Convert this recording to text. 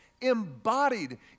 embodied